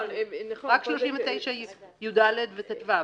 רק 39 יד ו-טו.